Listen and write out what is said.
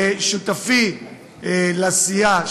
לשותפי לסיעה,